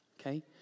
Okay